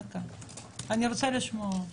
אני רוצה לשמוע אתכם.